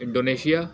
Indonesia